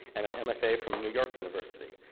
and an mfa from new york university.